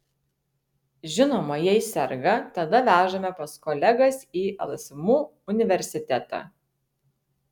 žinoma jei serga tada vežame pas kolegas į lsmu universitetą